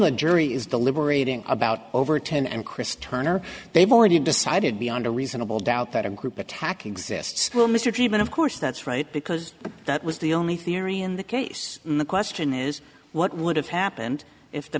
the jury is deliberating about over ten and chris turner they've already decided beyond a reasonable doubt that a group attack exists well mr freeman of course that's right because that was the only theory in the case and the question is what would have happened if the